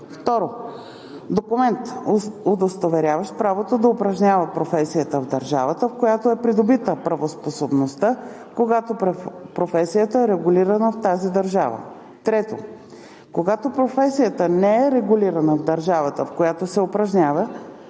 2. документ, удостоверяващ правото да упражнява професията в държавата, в която е придобита правоспособността, когато професията е регулирана в тази държава; 3. когато професията не е регулирана в държавата, в която се упражнява,